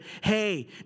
hey